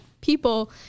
people